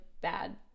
bad